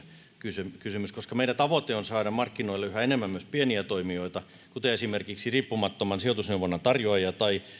kysymys kysymys koska meidän tavoite on saada markkinoille yhä enemmän myös pieniä toimijoita esimerkiksi riippumattoman sijoitusneuvonnan tarjoajia tai